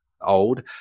old